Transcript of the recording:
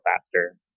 faster